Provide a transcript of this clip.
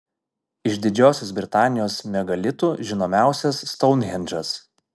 iš didžiosios britanijos megalitų žinomiausias stounhendžas